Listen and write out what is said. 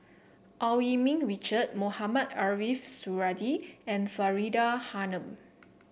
Eu Yee Ming Richard Mohamed Ariff Suradi and Faridah Hanum